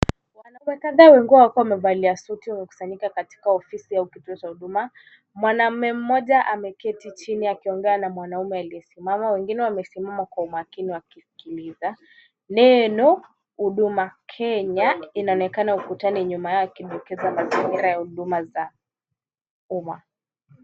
Wanaume kadhaa wakiwa wamevalia suti wamekusanyika katika ofisi au kituo cha huduma kenya. Mwanaume moja ameketi chini akiongea na mwanaume aliyesimama. Wengine wamesimama kwa umakini wakisikiliza. Neno huduma kenya inaonekana ukutani nyuma yake yakibukiza mazingira huduma za umma.